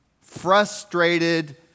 Frustrated